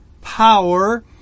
power